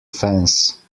fence